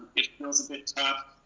it feels a bit tough,